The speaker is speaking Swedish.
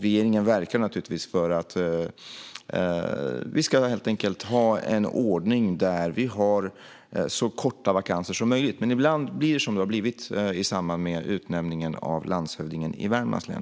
Regeringen verkar naturligtvis för att vi ska ha en ordning där vi har så korta vakanser som möjligt. Men ibland blir det som det har blivit här, i samband med utnämningen av landshövdingen i Värmlands län.